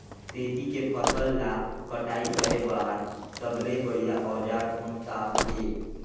तेसी के फसल ला कटाई करे बार सबले बढ़िया औजार कोन सा हे?